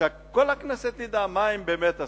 מה הם באמת עשו.